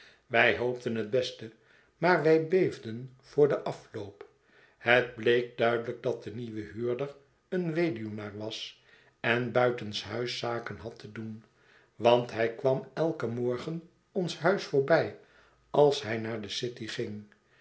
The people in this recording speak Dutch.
wij hoopten het beste maar wij beefden voor den afloop het bleek duidelijk dat de nieuwe huurder een weduwnaar was en buitenshuis zaken had te doen want hij kwam elken morgen ons huis voor bij als hij naar de city ging